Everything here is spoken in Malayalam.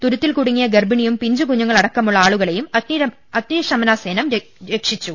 തുരുത്തിൽ കുടുങ്ങിയ ഗർഭിണിയും പിഞ്ചു കുഞ്ഞുങ്ങളെ അടക്കം ആളുകളെയും അഗ്നിശമനസേന രക്ഷിച്ചു